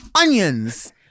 onions